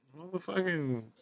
Motherfucking